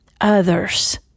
others